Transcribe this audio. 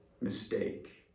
mistake